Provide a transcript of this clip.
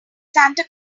santa